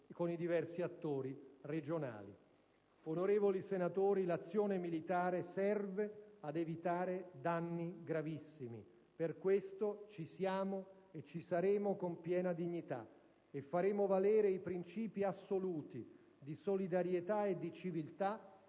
con i diversi attori regionali. Onorevoli senatori, l'azione militare serve ad evitare danni gravissimi. Per questo ci siamo e ci saremo con piena dignità e faremo valere i principi assoluti di solidarietà e di civiltà,